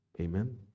Amen